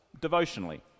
devotionally